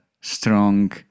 strong